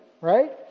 right